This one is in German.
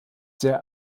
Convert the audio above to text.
sehr